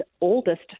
oldest